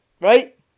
right